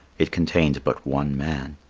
it contained but one man.